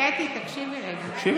קטי, תקשיבי רגע.